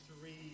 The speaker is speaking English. three